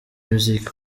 music